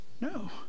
No